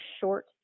short